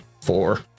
four